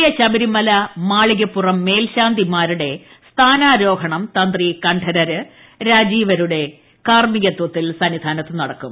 പുതിയ ശബരിമല മാളികപ്പുറം മേൽശാന്തിമാരുടെ സ്ഥാനാരോഹണം തന്ത്രി കണ്ഠരർ രാജീവരരുടെ കാർമ്മികത്വത്തിൽ സന്നിധാനത്ത് നടക്കും